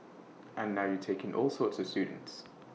and now you take in all sorts of students